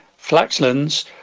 Flaxlands